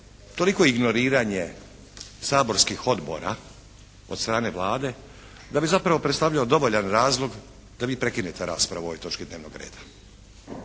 toliko ignoriranje saborskih odbora od strane Vlade da bi zapravo predstavljao dovoljan razlog da vi prekinete raspravu o ovoj točki dnevnog reda